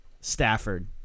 Stafford